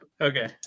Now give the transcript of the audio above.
Okay